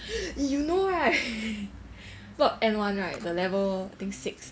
you know right block N one [one] right the level I think six